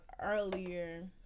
earlier